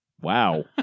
Wow